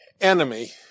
enemy